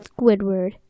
Squidward